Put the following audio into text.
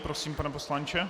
Prosím, pane poslanče.